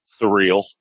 surreal